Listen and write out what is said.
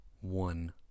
one